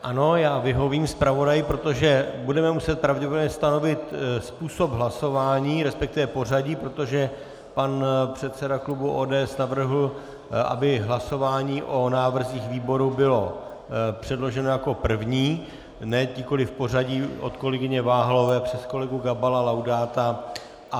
Ano, já vyhovím zpravodaji, protože budeme muset pravděpodobně stanovit způsob hlasování, resp. pořadí, protože pan předseda klubu ODS navrhl, aby hlasování o návrzích výboru bylo předloženo jako první, nikoliv v pořadí od kolegyně Váhalové přes kolegu Gabala, Laudáta a Fialu.